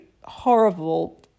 horrible